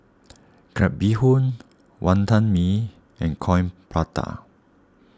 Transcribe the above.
Crab Bee Hoon Wonton Mee and Coin Prata